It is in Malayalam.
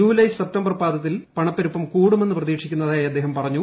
ജൂലൈ സെപ്റ്റംബർ പാദത്തിൽ പണപ്പെരുപ്പം കൂടുമെന്ന് പ്രതീക്ഷിക്കുന്നതായി അദ്ദേഹം പറഞ്ഞു